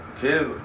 kids